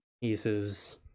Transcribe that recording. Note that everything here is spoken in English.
pieces